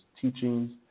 teachings